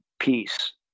peace